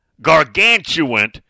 gargantuan